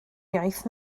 iaith